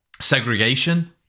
segregation